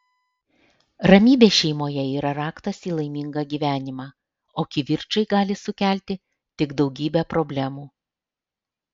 ramybė šeimoje yra raktas į laimingą gyvenimą o kivirčai gali sukelti tik daugybę problemų